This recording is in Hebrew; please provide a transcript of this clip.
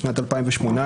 בשנת 2018,